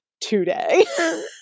today